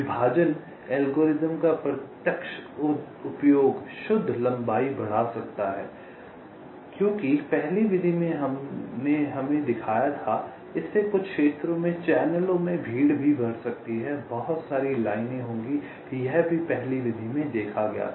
विभाजन एल्गोरिथ्म का प्रत्यक्ष उपयोग शुद्ध लंबाई बढ़ा सकता है क्योंकि पहली विधि ने हमें दिखाया था इससे कुछ क्षेत्रों में चैनलों में भीड़ भी बढ़ सकती है बहुत सारी लाइनें होंगी यह भी पहली विधि में देखा गया था